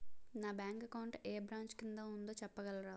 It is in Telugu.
నా బ్యాంక్ అకౌంట్ ఏ బ్రంచ్ కిందా ఉందో చెప్పగలరా?